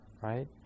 right